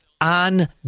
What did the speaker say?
on